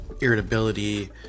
irritability